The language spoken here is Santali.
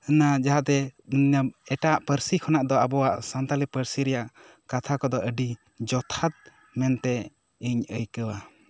ᱚᱱᱟ ᱡᱟᱦᱟᱛᱮ ᱮᱴᱟᱜ ᱯᱟᱹᱨᱥᱤ ᱠᱷᱚᱱᱟᱜ ᱫᱚ ᱟᱵᱚᱣᱟᱜ ᱥᱟᱱᱛᱟᱞᱤ ᱯᱟᱹᱨᱥᱤ ᱨᱮᱭᱟᱜ ᱠᱟᱛᱷᱟ ᱠᱚᱫᱚ ᱟᱹᱰᱤ ᱡᱚᱛᱷᱟᱛ ᱢᱮᱱᱛᱮ ᱤᱧ ᱟᱹᱭᱠᱟᱹᱣᱟ